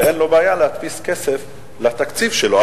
ואין לו בעיה להדפיס כסף לתקציב שלו,